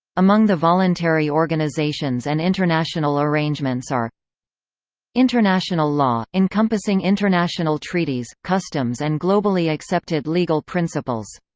among the voluntary organizations and international arrangements are international law encompassing international treaties, customs and globally accepted legal principles.